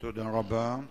תודה רבה.